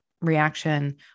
reaction